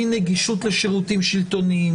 מנגישות לשירותים שלטוניים,